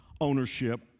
ownership